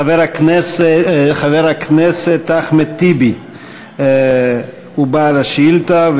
חבר הכנסת אחמד טיבי הוא בעל השאילתה,